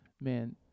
man